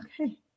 Okay